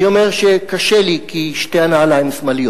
אני אומר שקשה לי, כי שתי הנעליים שמאליות.